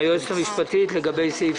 היועצת המשפטית לוועדה,